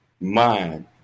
mind